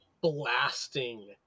blasting